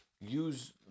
use